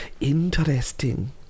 interesting